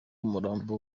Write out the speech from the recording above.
umurambo